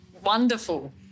wonderful